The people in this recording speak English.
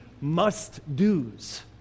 must-dos